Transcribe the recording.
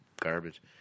garbage